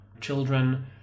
children